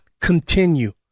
continue